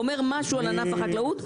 זה אומר משהו על ענף החקלאות,